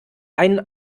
einen